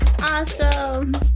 Awesome